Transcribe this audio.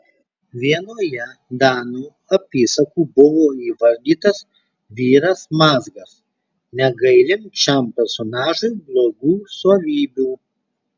vienoje danų apysakų buvo įvardytas vyras mazgas negailint šiam personažui blogų savybių